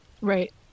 right